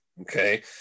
Okay